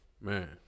Man